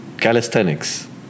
Calisthenics